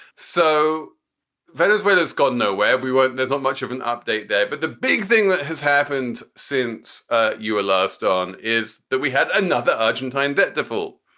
so venezuela's got nowhere. we won't there's not much of an update there. but the big thing that has happened since ah you were last on is that we had another argentine debt derful.